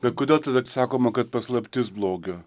bet kodėl tada sakoma kad paslaptis blogio